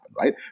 right